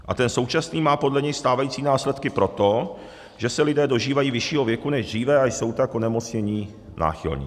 A ten současný má podle něj stávající následky proto, že se lidé dožívají vyššího věku než dříve, a jsou tak k onemocnění náchylnější.